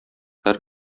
һәр